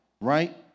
right